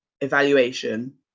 evaluation